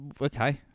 okay